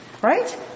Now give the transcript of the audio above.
Right